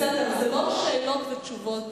בסדר, אבל זה לא שאלות ותשובות.